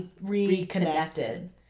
reconnected